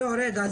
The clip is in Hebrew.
רגע,